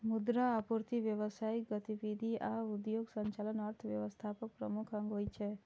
मुद्रा आपूर्ति, व्यावसायिक गतिविधि आ उद्योगक संचालन अर्थव्यवस्थाक प्रमुख अंग होइ छै